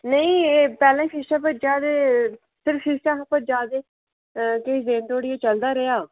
आहो